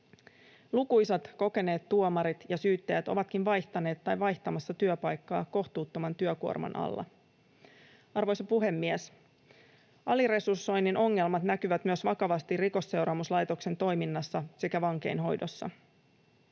Lukuisat kokeneet tuomarit ja syyttäjät ovatkin vaihtaneet tai vaihtamassa työpaikkaa kohtuuttoman työkuorman alla. Arvoisa puhemies! Aliresursoinnin ongelmat näkyvät myös vakavasti Rikosseuraamuslaitoksen toiminnassa sekä vankeinhoidossa.